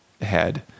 head